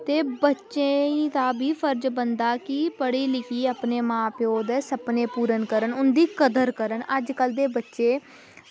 ते बच्चे दा बी फर्ज़ बनदा कि पढ़ी लिखियै अपने मां प्योऽ दे सपने पूरे करन उंदी कदर करण अज्जकल दे बच्चे